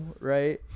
right